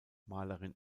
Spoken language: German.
malerin